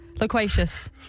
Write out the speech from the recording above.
Loquacious